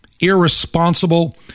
irresponsible